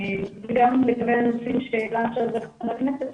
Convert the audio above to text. וגם לגבי הנושאים שהעלה עכשיו חבר הכנסת,